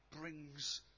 brings